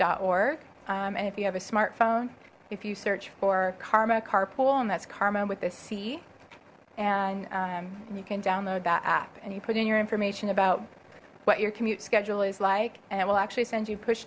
ride org and if you have a smartphone if you search for karma carpool and that's karma with this see and you can download that app and you put in your information about what your commute schedule is like and it will actually send you push